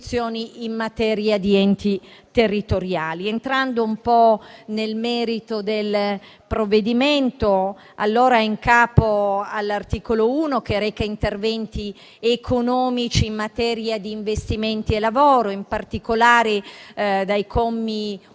in materia di enti territoriali. Entrando nel merito del provvedimento, l'articolo 1 reca interventi economici in materia di investimenti e lavoro. In particolare, dai commi